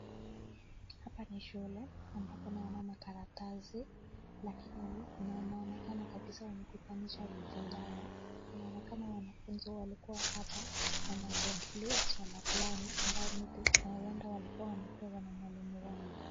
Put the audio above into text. Hapa ni shule ambapo naona makaratasi lakini inaonekana kabisa wamekutanisha viti zao, inaonekana wanafunzi walikuwa hapa wanajadili swala fulani ambao maybe walikuwa wamepewa na mwalimu wao.